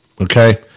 Okay